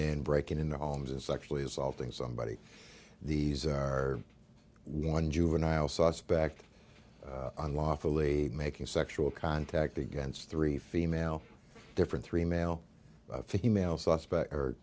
in breaking into homes and sexually assaulting somebody these are one juvenile suspect unlawfully making sexual contact against three female different three male female suspect